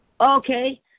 Okay